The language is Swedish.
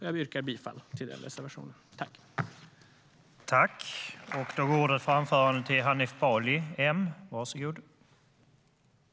Jag yrkar bifall till den reservationen.